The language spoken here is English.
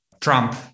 Trump